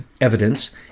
evidence